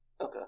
Okay